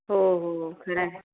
हो हो खरं आहे